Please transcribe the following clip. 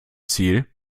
ziel